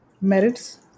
merits